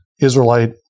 Israelite